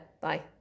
Bye